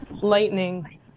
lightning